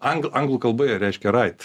anglų anglų kalba reiškia rait